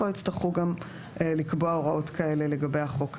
פה יצטרכו לקבוע הוראות כאלה לגבי החוק הזה.